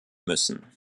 müssen